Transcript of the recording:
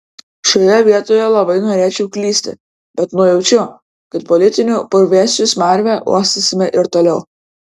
šioje vietoje labai norėčiau klysti bet nujaučiu kad politinių puvėsių smarvę uostysime ir toliau